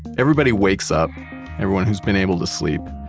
everybody wakes up everyone who's been able to sleep,